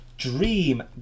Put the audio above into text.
Dream